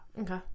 Okay